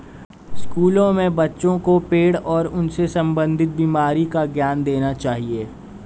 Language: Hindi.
स्कूलों में बच्चों को पेड़ और उनसे संबंधित बीमारी का ज्ञान देना चाहिए